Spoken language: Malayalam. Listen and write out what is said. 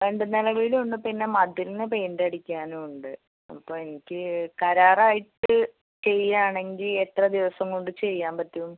രണ്ട് നില വീടും ഉണ്ട് പിന്നെ മതിൽന് പെയിൻ്റടിക്കാനും ഉണ്ട് അപ്പോൾ എനിക്ക് കരാറായിട്ട് ചെയ്യാണെങ്കിൽ എത്ര ദിവസം കൊണ്ട് ചെയ്യാൻ പറ്റും